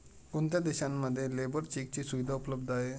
कोणत्या देशांमध्ये लेबर चेकची सुविधा उपलब्ध आहे?